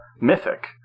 mythic